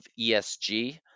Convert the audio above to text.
ESG